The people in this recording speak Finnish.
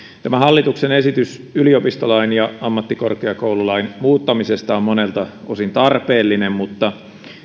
tämä hallituksen esitys yliopistolain ja ammattikorkeakoululain muuttamisesta on monelta osin tarpeellinen mutta